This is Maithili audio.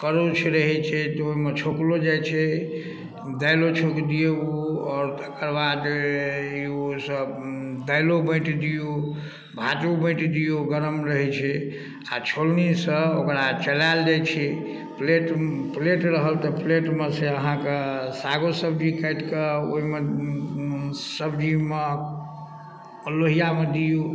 करछ रहैत छै तऽ ओहिमे छौकलो जाइत छै दालिओ छौंक दिऔ आओर तेकर बाद ओसब दालिओ बाँटि दियौ भातो बाँटि दियौ गरम रहैत छै आ छोलनीसँ ओकरा चलायल जाइत छै प्लेट प्लेट रहल तऽ प्लेटमे सँ अहाँकेँ सागो सब्जी काटिके ओहिमे सब्जीमे लोहिआमे दियौ